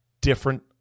different